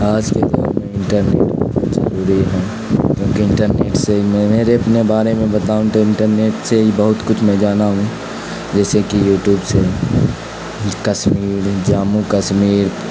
آج کے دور میں انٹرنیٹ بہت ضروری ہے کیونکہ انٹرنیٹ سے میں میرے اپنے بارے میں بتاؤں تو انٹرنیٹ سے ہی بہت کچھ میں جانا ہوں جیسے کہ یوٹیوب سے کشمیر جاموں کشمیر